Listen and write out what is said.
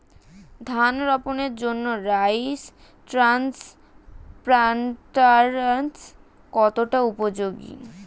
ধান রোপণের জন্য রাইস ট্রান্সপ্লান্টারস্ কতটা উপযোগী?